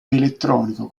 elettronico